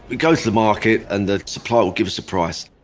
we go to the market and the supplier will give us a price.